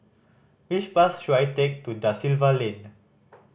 which bus should I take to Da Silva Lane